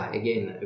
again